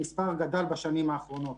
המספר גדל בשנים האחרונות.